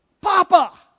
papa